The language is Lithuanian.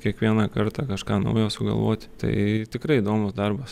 kiekvieną kartą kažką naujo sugalvot tai tikrai įdomus darbas